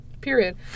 Period